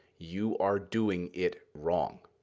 you are doing it wrong.